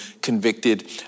convicted